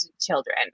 children